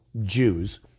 Jews